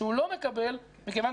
שהוא לא מקבל מכיוון